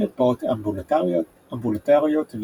מרפאות אמבולטוריות,